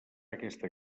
aquesta